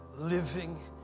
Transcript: living